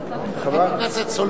חברת הכנסת סולודקין.